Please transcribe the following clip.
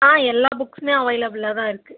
ஆ எல்லா புக்ஸ்ஸுமே அவைலபிளாகதான் இருக்குது